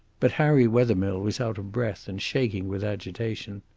but harry wethermill was out of breath and shaking with agitation.